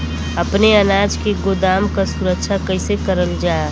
अपने अनाज के गोदाम क सुरक्षा कइसे करल जा?